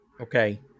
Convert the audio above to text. okay